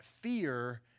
fear